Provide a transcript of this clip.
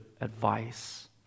advice